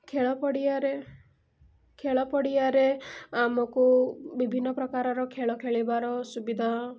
ଖେଳପଡ଼ିଆରେ ଖେଳପଡ଼ିଆରେ ଆମକୁ ବିଭିନ୍ନପ୍ରକାରର ଖେଳ ଖେଳିବାର ସୁବିଧା